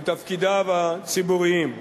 בתפקידיו הציבוריים.